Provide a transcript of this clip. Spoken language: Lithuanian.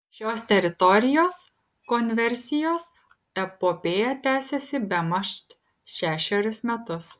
šios teritorijos konversijos epopėja tęsiasi bemaž šešerius metus